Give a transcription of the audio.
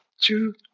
two